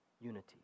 unity